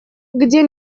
где